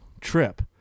trip